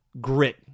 grit